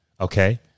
Okay